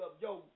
Yo